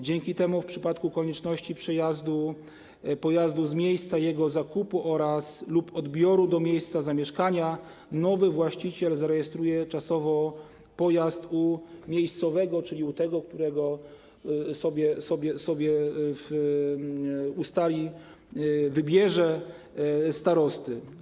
Dzięki temu w przypadku konieczności przejazdu pojazdu z miejsca jego zakupu oraz... lub odbioru do miejsca zamieszkania nowy właściciel zarejestruje czasowo pojazd u miejscowego, czyli u tego, u którego sobie ustali, wybierze, starosty.